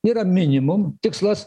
yra minimum tikslas